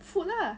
food lah